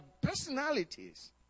personalities